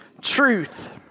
truth